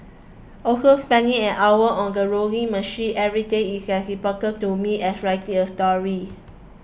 also spending an hour on the rowing machine every day is to me as writing a story